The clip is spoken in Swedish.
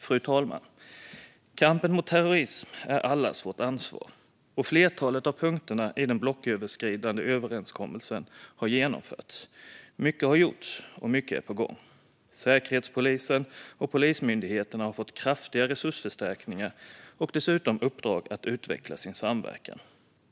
Fru talman! Kampen mot terrorismen är allas vårt ansvar. Flertalet av punkterna i den blocköverskridande överenskommelsen har genomförts. Mycket har gjorts, och mycket är på gång. Säkerhetspolisen och Polismyndigheten har fått kraftiga resursförstärkningar och dessutom uppdrag att utveckla sin samverkan.